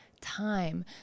time